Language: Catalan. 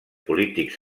polítics